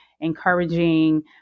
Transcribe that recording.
encouraging